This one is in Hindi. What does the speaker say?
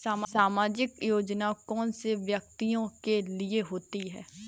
सामाजिक योजना कौन से व्यक्तियों के लिए होती है?